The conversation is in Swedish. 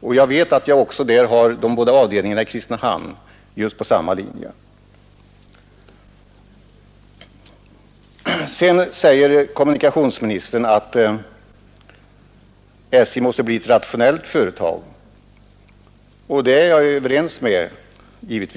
Jag vet också att de båda avdelningarna i Kristinehamn är på samma linje. Kommunikationsministern ansåg att SJ måste bli ett rationellt företag, och där är jag givetvis ense med honom.